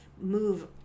move